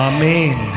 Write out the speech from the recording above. Amen